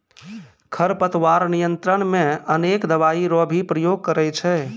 खरपतवार नियंत्रण मे अनेक दवाई रो भी प्रयोग करे छै